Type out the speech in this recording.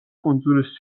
კუნძულის